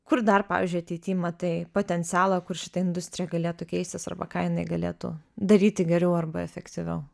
kur dar pavyzdžiui ateity matai potencialą kur šita industrija galėtų keistis arba ką jinai galėtų daryti geriau arba efektyviau